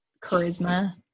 charisma